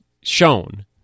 shown